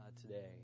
today